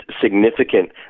significant